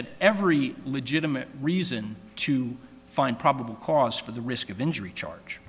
had every legitimate reason to find probable cause for the risk of injury charge